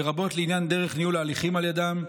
לרבות לעניין דרך ניהול ההליכים על ידם.